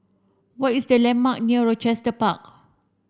what is the landmark near Rochester Park